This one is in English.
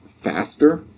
faster